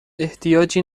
احتیاجی